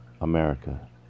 America